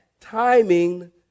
Timing